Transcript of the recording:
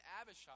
Abishai